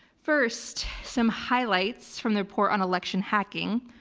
first, some highlights from the report on election hacking.